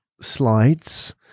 slides